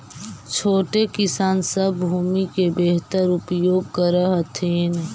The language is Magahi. छोटे किसान सब भूमि के बेहतर उपयोग कर हथिन